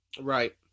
Right